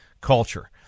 culture